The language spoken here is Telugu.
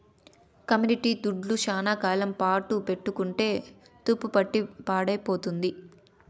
కమోడిటీ దుడ్లు శ్యానా కాలం పాటు పెట్టుకుంటే తుప్పుపట్టి పాడైపోతుంది